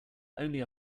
only